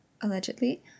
allegedly